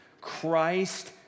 Christ